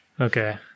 Okay